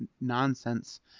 nonsense